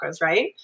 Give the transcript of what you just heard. right